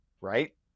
right